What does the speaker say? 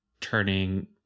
turning